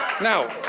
now